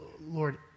Lord